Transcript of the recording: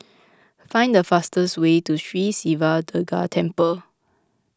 find the fastest way to Sri Siva Durga Temple